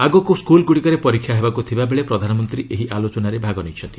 ଆଗକୁ ସ୍କୁଲ୍ଗୁଡ଼ିକରେ ପରୀକ୍ଷା ହେବାକୁ ଥିବା ବେଳେ ପ୍ରଧାନମନ୍ତ୍ରୀ ଏହି ଆଲୋଚନାରେ ଭାଗ ନେଇଛନ୍ତି